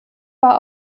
war